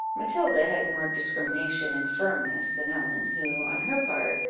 matilda had more discrimination and firmness than ellen, who, on her part,